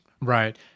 Right